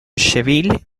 cheville